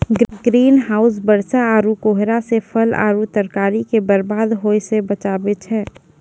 green house बरसा आरु कोहरा से फल आरु तरकारी के बरबाद होय से बचाबै छै